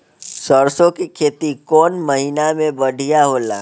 सरसों के खेती कौन महीना में बढ़िया होला?